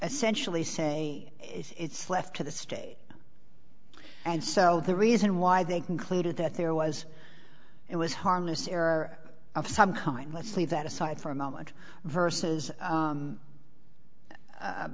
sentially say it's left to the state and so the reason why they concluded that there was it was harmless error of some kind let's leave that aside for a moment versus